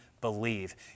believe